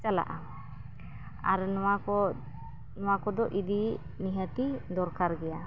ᱪᱟᱞᱟᱜᱼᱟ ᱟᱨ ᱱᱚᱣᱟᱠᱚ ᱱᱚᱣᱟ ᱠᱚᱫᱚ ᱤᱫᱤ ᱱᱤᱦᱟᱹᱛᱜᱮ ᱫᱚᱨᱠᱟᱨ ᱜᱮᱭᱟ